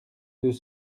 deux